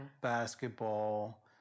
basketball